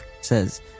says